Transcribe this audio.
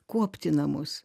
kuopti namus